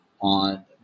on